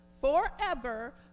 Forever